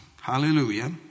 hallelujah